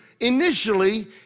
Initially